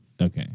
Okay